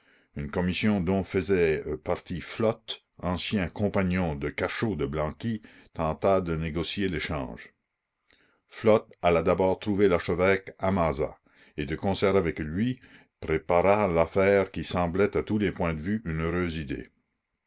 une commission dont faisait partie flotte ancien compagnon de cachot de blanqui tenta de négocier l'échange flotte alla d'abord trouver l'archevêque à mazas et de concert avec lui prépara l'affaire qui semblait à tous les points de vue une heureuse idée